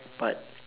but